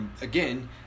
again